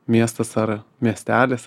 miestas ar miestelis